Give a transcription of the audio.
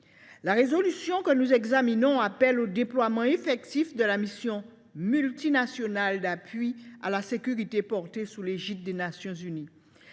de résolution que nous examinons appelle au déploiement effectif de la Mission multinationale d’appui à la sécurité, sous l’égide des Nations unies.